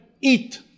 eat